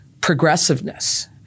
progressiveness